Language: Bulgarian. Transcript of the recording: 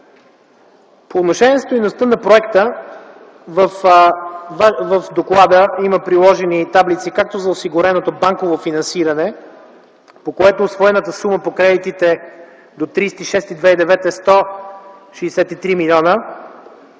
По отношение стойността на проекта в доклада има приложени таблици както за осигуреното банково финансиране, по което усвоената сума по кредитите до 30.06.2009 г. е 163 млн.